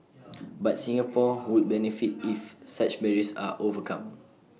but Singapore would benefit if such barriers are overcome